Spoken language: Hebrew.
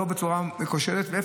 לא בצורה מכשילה.